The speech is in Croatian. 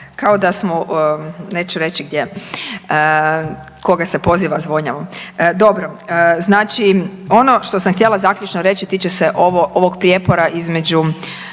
kao da smo neću reći gdje, koga se poziva zvonjavom. Dobro, znači ono što sam htjela zaključno reći tiče se ovog prijepora između